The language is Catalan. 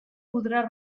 podrà